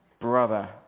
brother